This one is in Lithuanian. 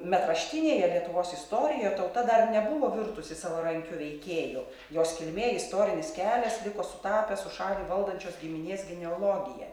metraštinėje lietuvos istorijo tauta dar nebuvo virtusi savarankiu veikėju jos kilmė istorinis kelias liko sutapęs su šalį valdančios giminės genealogija